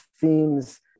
themes